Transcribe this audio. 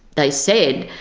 they said